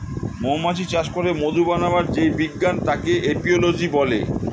মৌমাছি চাষ করে মধু বানাবার যেই বিজ্ঞান তাকে এপিওলোজি বলে